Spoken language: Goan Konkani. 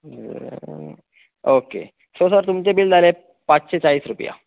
ओके सो सर तुमचे बील जाले पांचशे चाळिस रुपया